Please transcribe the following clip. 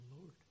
Lord